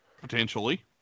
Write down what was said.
Potentially